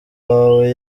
wawe